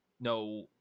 No